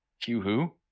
Q-Who